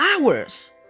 hours